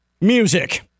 Music